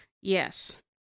Yes